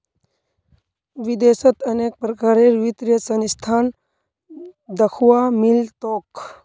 विदेशत अनेक प्रकारेर वित्तीय संस्थान दख्वा मिल तोक